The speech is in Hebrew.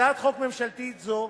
הצעת חוק ממשלתית זו